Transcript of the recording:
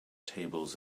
tables